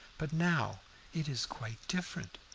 but now it is quite different.